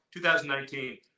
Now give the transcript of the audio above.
2019